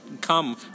come